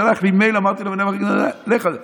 הוא שלח לי מייל, אמרתי לו: לך על זה.